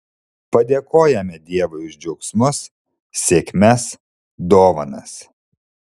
padėkojame dievui už džiaugsmus sėkmes dovanas